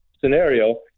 scenario